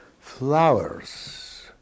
flowers